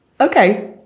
Okay